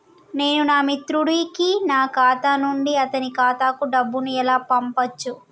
నేను నా మిత్రుడి కి నా ఖాతా నుండి అతని ఖాతా కు డబ్బు ను ఎలా పంపచ్చు?